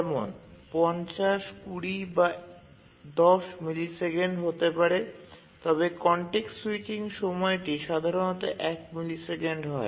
যেমন ৫০ ২০ বা ১০ মিলিসেকেন্ড হতে পারে তবে কনটেক্সট স্যুইচিং সময়টি সাধারণত ১ মিলিসেকেন্ড হয়